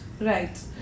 right